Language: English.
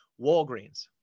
Walgreens